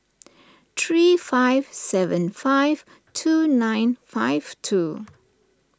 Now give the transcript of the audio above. three five seven five two nine five two